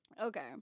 Okay